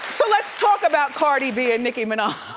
so let's talk about cardi b and nicki minaj.